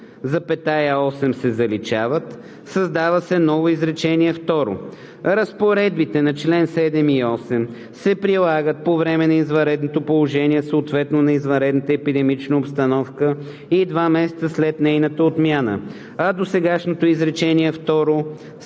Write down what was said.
„7, 8“ се заличават, създава се ново изречение второ: „Разпоредбите на чл. 7 и 8 се прилагат по време на извънредното положение, съответно на извънредната епидемична обстановка и два месеца след нейната отмяна.“, а досегашното изречение второ